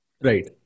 Right